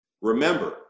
Remember